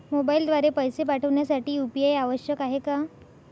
मोबाईलद्वारे पैसे पाठवण्यासाठी यू.पी.आय आवश्यक आहे का?